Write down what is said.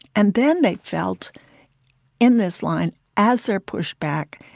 and then they felt in this line as they're pushed back,